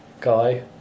guy